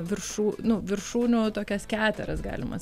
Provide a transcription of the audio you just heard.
viršų nu viršūnių tokias keteras galima